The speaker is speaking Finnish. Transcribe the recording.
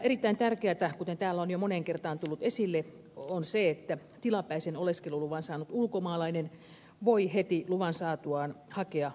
erittäin tärkeätä kuten täällä on jo moneen kertaan tullut esille on se että tilapäisen oleskeluluvan saanut ulkomaalainen voi heti luvan saatuaan hakea ansiotyötä